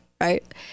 right